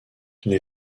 les